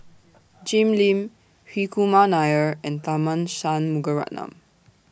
Jim Lim Hri Kumar Nair and Tharman Shanmugaratnam